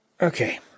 Okay